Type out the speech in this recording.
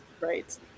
right